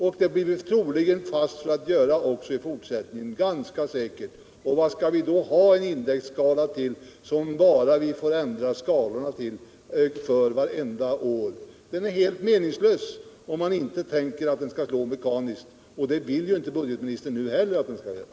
Vi blir ganska säkert fast för att göra sådana justeringar också i fortsättningen, och vad skall vi ha en indexskala till, som vi måste ändra varje år? Den är helt meningslös — om man inte tänker sig att den skall slå mekaniskt, och det vill budgetministern inte nu heller att den skall göra.